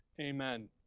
Amen